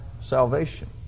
salvation